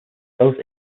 both